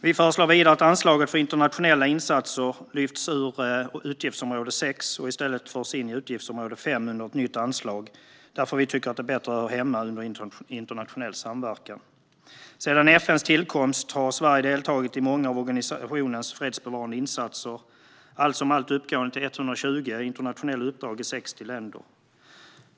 Vi föreslår vidare att anslaget för internationella insatser ska lyftas ur utgiftsområde 6 och i stället föras in i utgiftsområde 5 under ett nytt anslag. Vi tycker nämligen att det hör bättre hemma under internationell samverkan. Sedan FN:s tillkomst har Sverige deltagit i många av organisationens fredsbevarande insatser - de uppgår allt som allt till 120 internationella uppdrag i 60 länder.